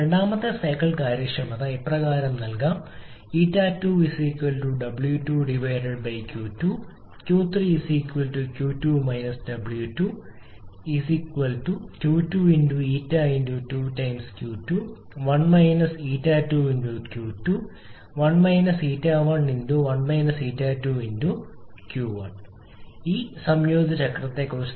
രണ്ടാമത്തെ സൈക്കിൾ കാര്യക്ഷമത ഇപ്രകാരം നൽകാം 𝜂2 𝑊2𝑄2 𝑄3 𝑄2 𝑊2 𝑄2 𝜂2𝑄2 1 𝜂2𝑄2 1 𝜂11 𝜂2𝑄1 ഈ സംയോജിത ചക്രത്തെക്കുറിച്ച്